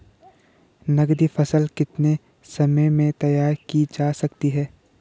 नगदी फसल कितने समय में तैयार की जा सकती है?